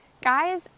guys